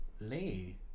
Lay